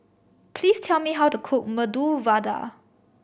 please tell me how to cook Medu Vada